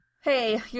Hey